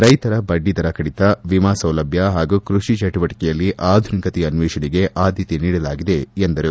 ರೈತರ ಬಡ್ಡಿ ದರ ಕಡಿತ ವಿಮಾ ಸೌಲಭ್ಯ ಹಾಗೂ ಕೃಷಿ ಚಟುವಟಿಕೆಯಲ್ಲಿ ಆಧುನಿಕತೆಯ ಅನ್ವೇಷಣೆಗೆ ಆದ್ದತೆ ನೀಡಲಾಗಿದೆ ಎಂದರು